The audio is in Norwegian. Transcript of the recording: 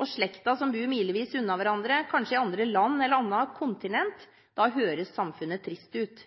og slekta som bor milevis unna hverandre, kanskje i andre land eller på et annet kontinent, høres samfunnet trist ut.